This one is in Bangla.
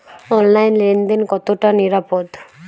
অনলাইনে লেন দেন কতটা নিরাপদ?